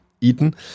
eaten